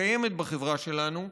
שקיימת בחברה שלנו,